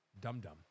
dum-dum